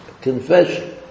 Confession